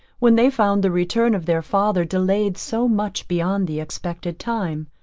when they found the return of their father delayed so much beyond the expected time.